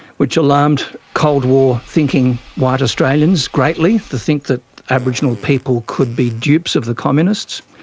which alarmed cold war thinking white australians greatly, to think that aboriginal people could be dupes of the communists.